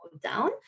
down